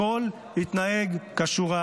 הכול התנהג כשורה,